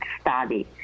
study